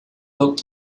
looked